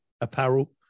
apparel